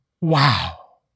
Wow